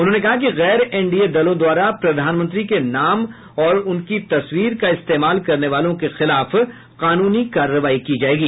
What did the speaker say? उन्होंने कहा कि गैर एनडीए दलों द्वारा प्रधानमंत्री के नाम और तस्वीर का इस्तेमाल करने वालों के खिलाफ कानूनी कार्रवाई की जायेगी